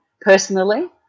personally